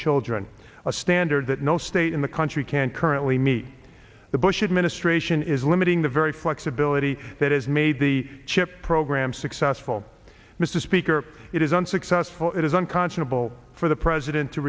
children a standard that no state in the country can currently meet the bush administration is limiting the very flexibility that is made the chip program successful mr speaker it is unsuccessful it is unconscionable for the president to